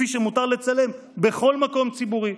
כפי שמותר לצלם בכל מקום ציבורי,